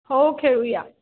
हो खेळूया